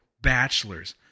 bachelors